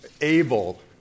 able